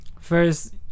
First